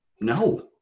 no